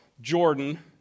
Jordan